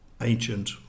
ancient